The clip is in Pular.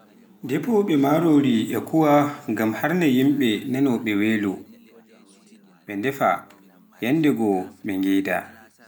defoɓe marori e kuuwa ngam harnaa yimɓe nanooɓe welo, ɓe ndefa yanndego ɓe ngeeda.